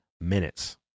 minutes